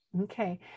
Okay